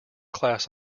class